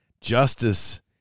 justice